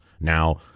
Now